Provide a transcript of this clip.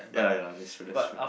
ya lah ya lah that's true that's true